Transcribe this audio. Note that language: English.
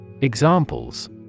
Examples